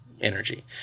energy